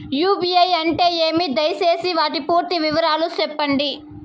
UPI అంటే ఏమి? దయసేసి వాటి పూర్తి వివరాలు సెప్పండి?